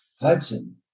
Hudson